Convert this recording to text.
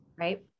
Right